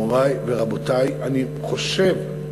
מורי ורבותי, אני חושב,